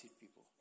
people